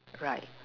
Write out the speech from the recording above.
right